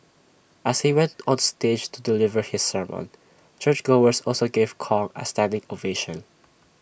as he went on stage to deliver his sermon churchgoers also gave Kong A standing ovation